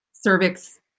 cervix